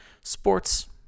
sports